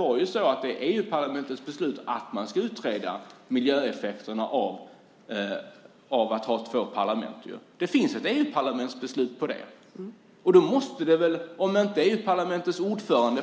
EU-parlamentet har fattat beslut att man ska utreda miljöeffekterna av att ha två parlament. Det finns ett EU-parlamentsbeslut om det. Om inte EU-parlamentets ordförande